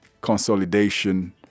consolidation